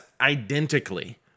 identically